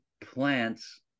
plants